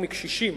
ומקשישים,